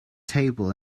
table